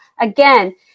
again